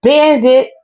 Bandit